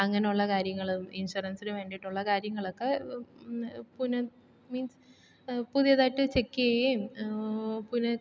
അങ്ങനെയുള്ള കാര്യങ്ങളും ഇൻഷുറൻസിന് വേണ്ടിയിട്ടുള്ള കാര്യങ്ങളൊക്ക മീൻസ് പുതിയതായിട്ട് ചെക്ക് ചെയ്യുകയും പുന